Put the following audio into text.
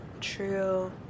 true